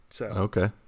Okay